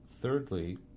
thirdly